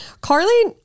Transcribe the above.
Carly